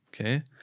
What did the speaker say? okay